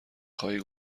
خواهی